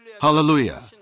Hallelujah